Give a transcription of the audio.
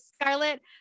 Scarlett